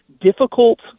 difficult